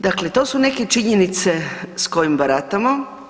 Dakle, to su neke činjenice s kojim baratamo.